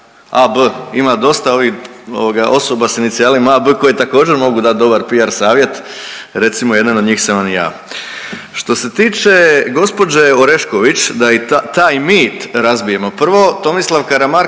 ovih ovoga osoba s inicijalima AB koji također mogu dat dobar piar savjet, recimo jedan od njih sam vam i ja. Što se tiče gđe. Orešković da i ta…, taj mit razbijemo. Prvo, Tomislav Karamarko